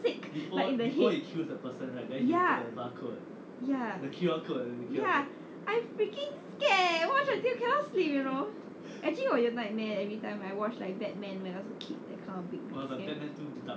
sick like in the head ya ya ya I freaking scared leh watch until cannot sleep you know actually 我有 nightmare every time I watch like batman when I was a kid that kind of big